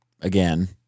again